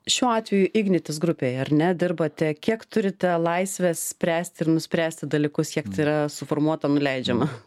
šiuo atveju ignitis grupėj ar ne dirbate kiek turite laisvę spręsti ir nuspręsti dalykus kiek tai yra suformuota nuleidžiama